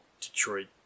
Detroit